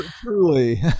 Truly